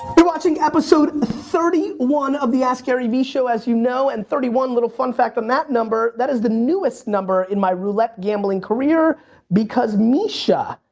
you're watching episode thirty one of the askgaryvee show as you know and thirty one little fun fact on that number, that is the newest number in my roulette gambling career because misha,